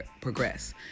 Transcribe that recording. progress